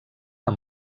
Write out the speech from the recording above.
amb